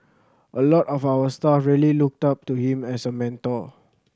a lot of our staff really looked up to him as a mentor